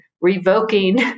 revoking